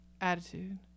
attitude